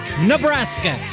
Nebraska